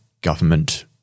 government